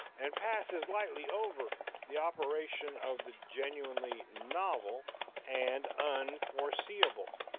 and passes lightly over the operation of the genuinely novel and unforeseeable.